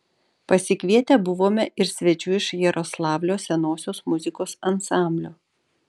pasikvietę buvome ir svečių iš jaroslavlio senosios muzikos ansamblio